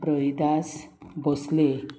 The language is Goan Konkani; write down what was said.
रोहिदास भोंसले